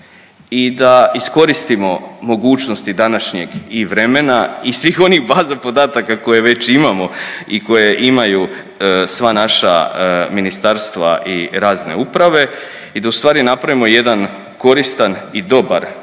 i da iskoristimo mogućnosti današnjeg i vremena i svih onih baza podataka koje već imamo i koje imaju sva naša ministarstva i razne uprave i da u stvari napravimo jedan koristan i dobar registar